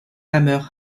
hammer